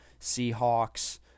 Seahawks